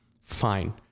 fine